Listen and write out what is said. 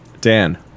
Dan